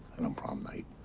and on prom night.